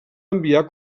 enviar